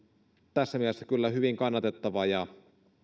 tässä mielessä kyllä hyvin kannatettava ja